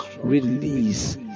Release